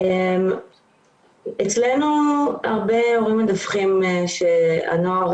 אצלנו הרבה הורים מדווחים שהנוער